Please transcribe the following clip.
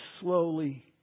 slowly